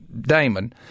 Damon